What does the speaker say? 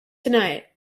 tonight